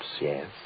yes